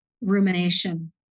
rumination